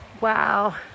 Wow